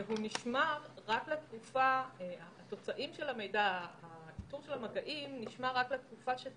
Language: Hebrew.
רק מי שיקבל הסמכה מהמנכ"ל יוכל לגשת ולעיין בפרטי המידע - לא בהכרח